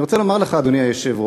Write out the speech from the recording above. אני רוצה לומר לך, אדוני היושב-ראש,